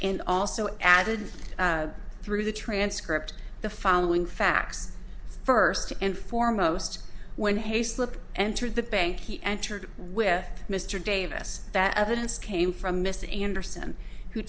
and also added through the transcript the following facts first and foremost when hayslip entered the bank he entered with mr davis that evidence came from mr anderson who